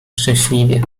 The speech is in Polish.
szczęśliwie